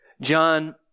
John